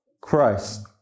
Christ